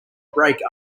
break